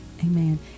Amen